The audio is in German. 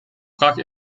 brach